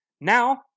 Now